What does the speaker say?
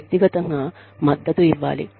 వ్యక్తిగతంగా మద్దతు ఇవ్వాలి